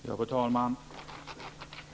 Fru talman!